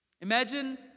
Imagine